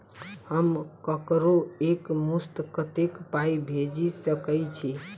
हम ककरो एक मुस्त कत्तेक पाई भेजि सकय छी?